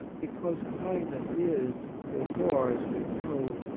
because kindness is, so far as we know,